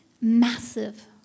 massive